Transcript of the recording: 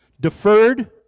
deferred